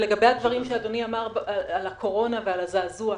לגבי הדברים שאדוני אמר על הקורונה ועל הזעזוע,